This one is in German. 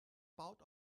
baut